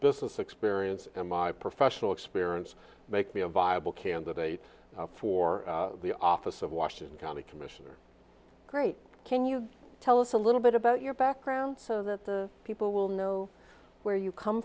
business experience and my professional experience make me a viable candidate for the office of washington county commissioner great can you tell us a little bit about your background so that the people will know where you come